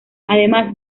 además